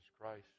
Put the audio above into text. Christ